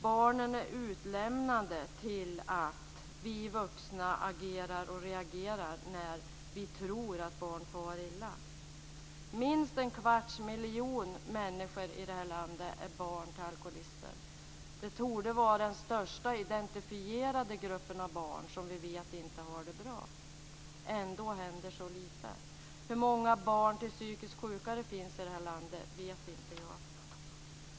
Barn är utlämnade till att vi vuxna agerar och reagerar när vi tror att barn far illa. Minst en kvarts miljon människor i det här landet är barn till alkoholister. Det torde vara den största identifierade gruppen av barn som vi vet inte har det bra. Ändå händer så lite. Hur många barn till psykiskt sjuka det finns i det här landet vet inte jag.